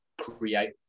create